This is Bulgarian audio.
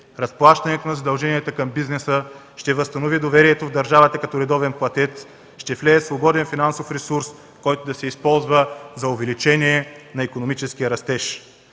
Разплащането на задълженията към бизнеса ще възстанови доверието в държавата като редовен платец, ще влее свободен финансов ресурс, който да се използва за увеличение на икономическия растеж.